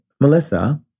Melissa